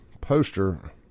poster